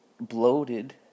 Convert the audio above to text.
bloated